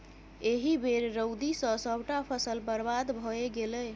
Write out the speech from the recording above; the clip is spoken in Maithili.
एहि बेर रौदी सँ सभटा फसल बरबाद भए गेलै